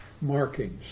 markings